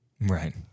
Right